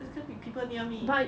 there is going to be people near me